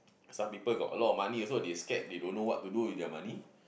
some people got a lot of money also they scared they don't know what to do with their money